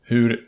Hur